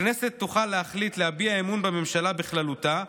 הכנסת תוכל להחליט להביע אמון בממשלה בכללותה,